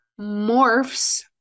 morphs